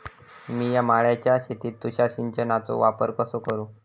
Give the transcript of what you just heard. मिया माळ्याच्या शेतीत तुषार सिंचनचो वापर कसो करू?